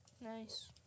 Nice